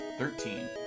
Thirteen